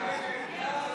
כהצעת הוועדה,